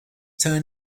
turn